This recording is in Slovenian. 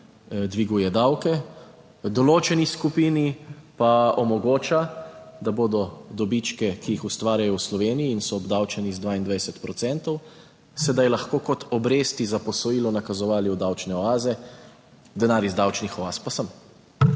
dviguje davke, določeni skupini pa omogoča, da bodo dobičke, ki jih ustvarjajo v Sloveniji in so obdavčeni z 22 procentov, sedaj lahko kot obresti za posojilo nakazovali v davčne oaze, denar iz davčnih oaz pa sem